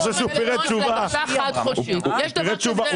הוא פירט תשובה טובה.